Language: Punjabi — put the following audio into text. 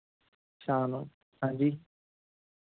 ਸ਼ਾਮ ਨੂੰ ਹਾਂਜੀ